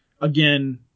again